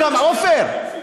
עפר,